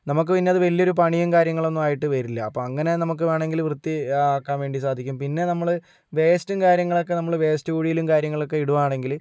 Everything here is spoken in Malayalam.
നമുക്ക് പിന്നത് വലിയ പണിയും കാര്യങ്ങളും ഒന്നും ആയിട്ട് വരില്ല അങ്ങനെ നമുക്ക് വേണമെങ്കിൽ വൃത്തിയാക്കാൻ വേണ്ടി സാധിക്കും പിന്നെ നമ്മൾ വേസ്റ്റുംകാര്യങ്ങളൊക്കെ നമ്മള് വേസ്റ്റ് കുഴിയിലും കാര്യങ്ങളൊക്കെ ഇടുകയാണെങ്കില്